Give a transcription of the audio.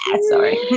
Sorry